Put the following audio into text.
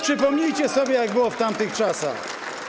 Przypomnijcie sobie, jak było w tamtych czasach.